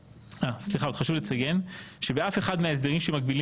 חשוב לציין שבאף אחד מההסדרים שמקבילים